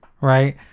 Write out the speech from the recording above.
Right